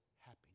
happiness